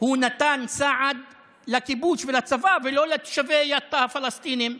הוא נתן סעד לכיבוש ולצבא ולא לתושבי יטא הפלסטינים,